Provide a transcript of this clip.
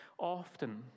often